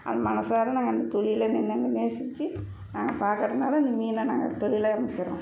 அதை மனதார நாங்கள் அந்த தொழில நாங்கள் நேசிச்சு நாங்கள் பார்க்கறதனால இந்த மீனை நாங்கள் தொழிலா நினைக்கிறோம்